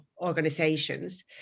organizations